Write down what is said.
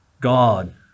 God